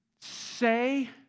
say